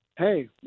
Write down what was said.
hey